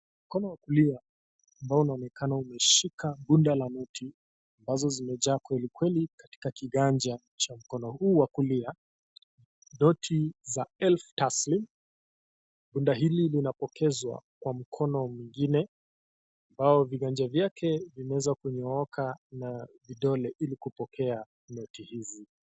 Mkononwa kulia ambao unaonekana umeshika bundda la noti ambazo zimejaa kweli kweli katika kiganja cha mkono huu wa kulia, noti za elfu taslim. Bunda hili linapokezwa kwa mkono mwingine ambao viganja vyake vimeeza kunyooka na vidole ili kupokea noti hizi.